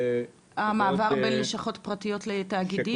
המעבר בין לשכות פרטיות לתאגידים?